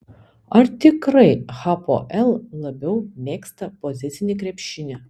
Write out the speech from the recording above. ar tikrai hapoel labiau mėgsta pozicinį krepšinį